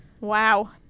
Wow